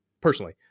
personally